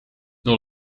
door